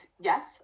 yes